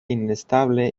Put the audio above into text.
inestable